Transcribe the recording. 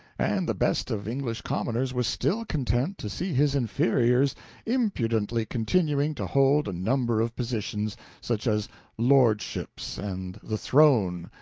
and the best of english commoners was still content to see his inferiors impudently continuing to hold a number of positions, such as lordships and the throne,